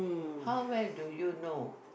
how well do you know